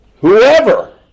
whoever